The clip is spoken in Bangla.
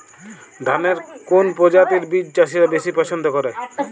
ধানের কোন প্রজাতির বীজ চাষীরা বেশি পচ্ছন্দ করে?